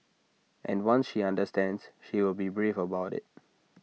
and once she understands she will be brave about IT